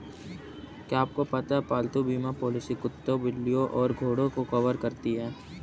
क्या आपको पता है पालतू बीमा पॉलिसियां कुत्तों, बिल्लियों और घोड़ों को कवर करती हैं?